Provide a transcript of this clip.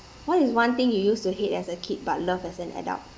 what is one thing you use to hate as a kid but love as an adult